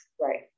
Right